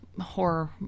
horror